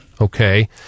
Okay